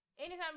Anytime